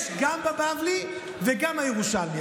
יש גם בבבלי וגם בירושלמי.